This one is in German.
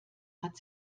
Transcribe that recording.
hat